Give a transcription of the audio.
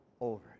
over